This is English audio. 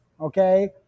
okay